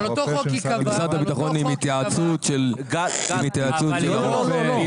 התייעצות עם הרופא.